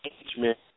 engagement